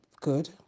good